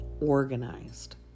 organized